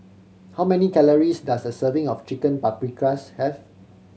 how many calories does a serving of Chicken Paprikas have